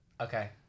Okay